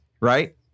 right